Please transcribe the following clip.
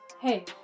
Hey